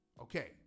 Okay